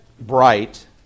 Bright